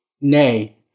Nay